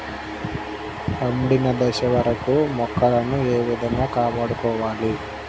పండిన దశ వరకు మొక్కలను ఏ విధంగా కాపాడుకోవాలి?